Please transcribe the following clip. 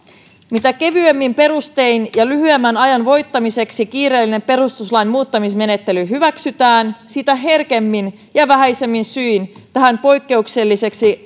mitä kevyemmin perustein ja lyhyemmän ajan voittamiseksi kiireellinen perustuslain muuttamismenettely hyväksytään sitä herkemmin ja vähäisemmin syin tähän poikkeukselliseksi